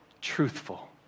truthful